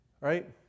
Right